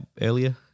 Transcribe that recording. earlier